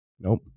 Nope